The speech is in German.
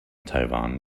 taiwan